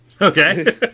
Okay